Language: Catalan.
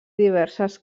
diverses